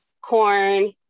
corn